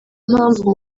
mpamvu